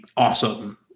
awesome